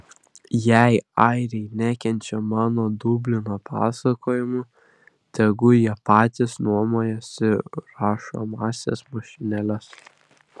jei airiai nekenčia mano dublino pasakojimų tegu jie patys nuomojasi rašomąsias mašinėles